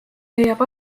leiab